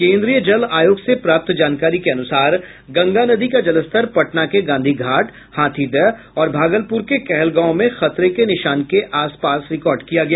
केन्द्रीय जल आयोग से प्राप्त जानकारी के अनुसार गंगा नदी का जलस्तर पटना के गांधी घाट हाथिदह और भागलपुर के कहलगांव में खतरे के निशान के आसपास रिकॉर्ड किया गया